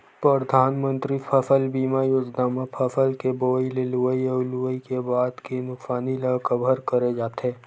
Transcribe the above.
परधानमंतरी फसल बीमा योजना म फसल के बोवई ले लुवई अउ लुवई के बाद के नुकसानी ल कभर करे जाथे